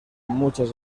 muchas